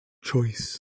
choice